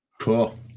Cool